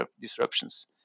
disruptions